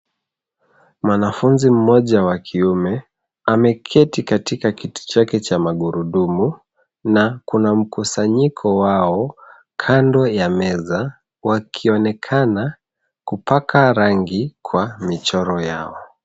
Mwanafunzi moja wa kiume ameketi katika kiti chake cha magurudumu na kuna mkusanyiko wao kando ya meza wakionekana kupaka rangi kwa michoro yao.